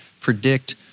predict